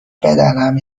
بدنم